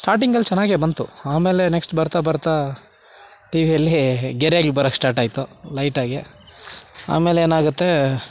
ಸ್ಟಾರ್ಟಿಂಗಲ್ಲಿ ಚೆನ್ನಾಗೇ ಬಂತು ಆಮೇಲೆ ನೆಕ್ಷ್ಟ್ ಬರ್ತಾ ಬರ್ತಾ ಟಿ ವಿಯಲ್ಲಿ ಗೆರೆಗ್ಳು ಬರಕ್ಕೆ ಸ್ಟಾರ್ಟ್ ಆಯಿತು ಲೈಟಾಗಿ ಆಮೇಲೆ ಏನಾಗತ್ತೆ